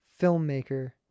filmmaker